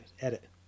edit